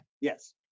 yes